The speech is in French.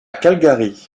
calgary